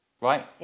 right